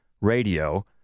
radio